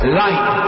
light